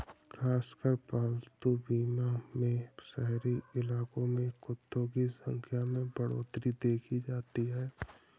खासकर पालतू बीमा में शहरी इलाकों में कुत्तों की संख्या में बढ़ोत्तरी देखी जाती है